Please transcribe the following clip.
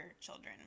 children